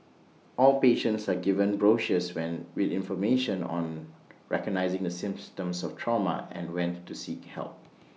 all patients are given brochures when with information on recognising the of trauma and when to seek help